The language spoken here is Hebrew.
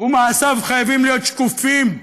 ומעשיו חייבים להיות שקופים,